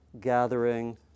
gathering